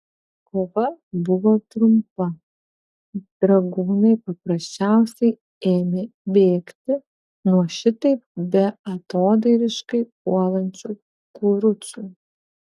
kova buvo trumpa dragūnai paprasčiausiai ėmė bėgti nuo šitaip beatodairiškai puolančių kurucų